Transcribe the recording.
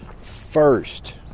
first